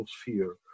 sphere